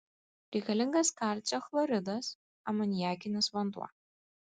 reikalingas kalcio chloridas amoniakinis vanduo